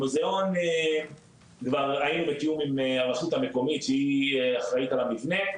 המוזיאון כבר היינו בתיאום עם הרשות המקומית שהיא אחראית על המבנה,